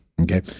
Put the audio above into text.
Okay